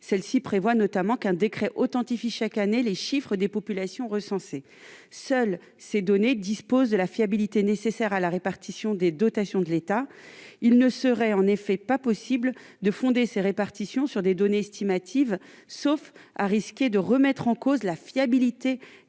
Celle-ci prévoit notamment qu'un décret authentifie chaque année les chiffres des populations recensées. Seules ces données disposent de la fiabilité nécessaire à la répartition des dotations de l'État. Il ne serait en effet pas possible de fonder ces répartitions sur des données estimatives, sauf à risquer de remettre en cause la fiabilité